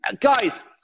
guys